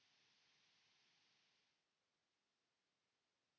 Kiitos.